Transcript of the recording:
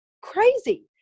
crazy